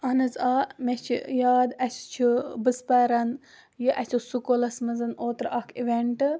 اَہَن حظ آ مےٚ چھِ یاد اَسہِ چھُ بہٕ چھَس پَران یہِ اَسہِ اوس سکوٗلَس منٛز اوترٕ اَکھ اِوینٛٹہٕ